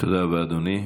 תודה רבה, אדוני.